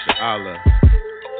Allah